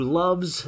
loves